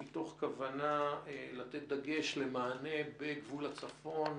מתוך כוונה לתת דגש ומענה לגבול הצפון,